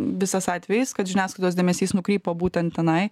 visas atvejis kad žiniasklaidos dėmesys nukrypo būtent tenai